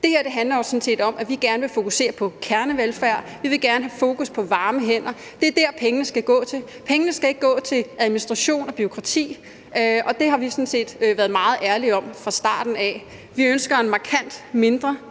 Det her handler jo sådan set om, at vi gerne vil fokusere på kernevelfærd, vi vil gerne have fokus på varme hænder. Det er det, pengene skal gå til. Pengene skal ikke gå til administration og bureaukrati, og det har vi sådan set været meget ærlige om fra starten af. Vi ønsker en markant mindre